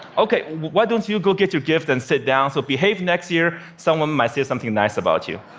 ok, why don't you go get your gift and sit down. so behave next year someone might say something nice about you.